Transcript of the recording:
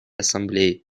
ассамблеи